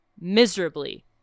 miserably